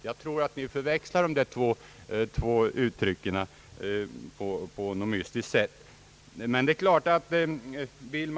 Jag tror att vi på något mystiskt sätt förväxlar de här två orden.